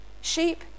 Sheep